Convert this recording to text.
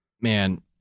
man